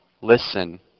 listen